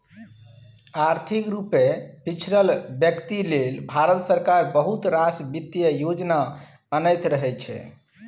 आर्थिक रुपे पिछरल बेकती लेल भारत सरकार बहुत रास बित्तीय योजना अनैत रहै छै